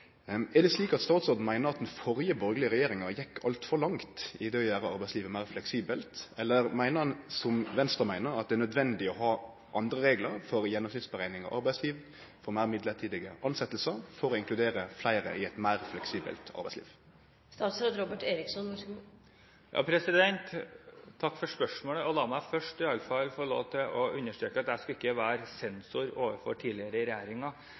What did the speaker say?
statsråden at den førre borgarlege regjeringa gjekk altfor langt i å gjere arbeidslivet meir fleksibelt, eller meiner han – som Venstre – at det er nødvendig å ha andre reglar for gjennomsnittsutrekning av arbeidstid, for meir mellombelse tilsetjingar og for å inkludere fleire i eit meir fleksibelt arbeidsliv? Takk for spørsmålet. La meg i alle fall først få understreke at jeg ikke skal være sensor overfor tidligere regjeringer og dele ut karakterer til dem. Men det som er viktig, er hva denne regjering skal